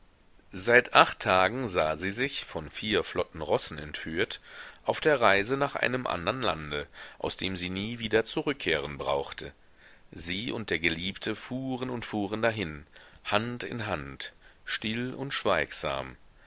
seit acht tagen sah sie sich von vier flotten rossen entführt auf der reise nach einem andern lande aus dem sie nie wieder zurückzukehren brauchte sie und der geliebte fuhren und fuhren dahin hand in hand still und schweigsam